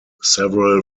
several